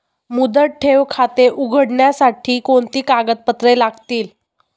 मुदत ठेव खाते उघडण्यासाठी कोणती कागदपत्रे लागतील?